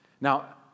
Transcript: Now